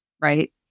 right